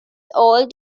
old